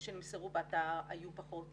שנמסרו באתר היו פחות ידידותיים,